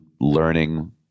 learning